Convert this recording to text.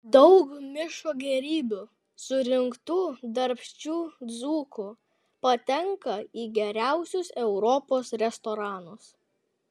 daug miško gėrybių surinktų darbščių dzūkų patenka į geriausius europos restoranus